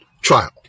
trial